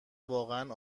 واقعا